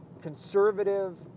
conservative